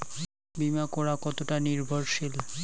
বীমা করা কতোটা নির্ভরশীল?